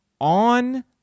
on